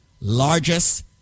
largest